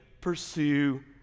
pursue